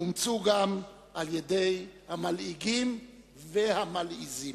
אומצו גם על-ידי המלעיגים והמלעיזים.